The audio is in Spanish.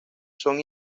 son